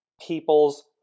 people's